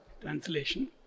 Translation